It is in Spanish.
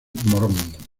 morón